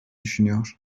düşünüyor